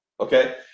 okay